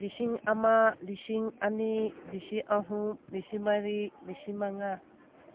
ꯂꯤꯁꯤꯡ ꯑꯃ ꯂꯤꯁꯤꯡ ꯑꯅꯤ ꯂꯤꯁꯤꯡ ꯑꯍꯨꯝ ꯂꯤꯁꯤꯡ ꯃꯔꯤ ꯂꯤꯁꯤꯡ ꯃꯉꯥ